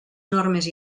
normes